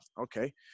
okay